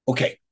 Okay